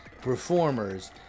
performers